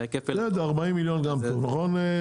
בסדר, 40 מיליון גם טוב נכון?